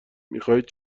میخواهید